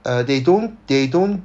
uh they don't they don't